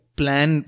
plan